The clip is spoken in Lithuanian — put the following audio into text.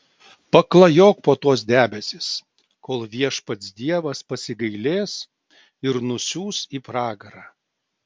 paklajok po tuos debesis kol viešpats dievas pasigailės ir nusiųs į pragarą